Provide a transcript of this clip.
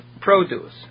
produce